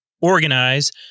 organize